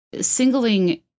singling